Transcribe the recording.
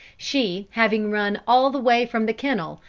she having run all the way from the kennel,